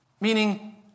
meaning